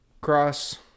cross